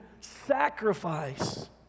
sacrifice